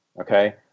okay